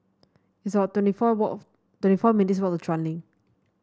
it's about twenty four wallk twenty four minutes' walk to Chuan Link